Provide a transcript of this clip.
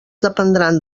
dependran